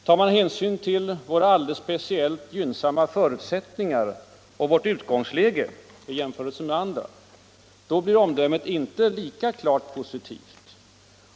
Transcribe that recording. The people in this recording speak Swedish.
Tar man hänsyn till våra alldeles speciellt gynnsamma förutsättningar och vårt utgångsläge i jämförelse med andra länders blir omdömet inte lika klart positivt.